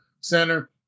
center